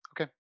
Okay